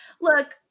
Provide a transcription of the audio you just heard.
Look